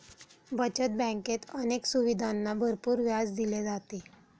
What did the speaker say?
बचत बँकेत अनेक सुविधांना भरपूर व्याज दिले जाते